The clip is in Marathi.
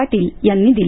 पाटील यांनी दिली